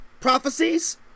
prophecies